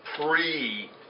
pre